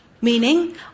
Meaning